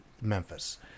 Memphis